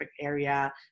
area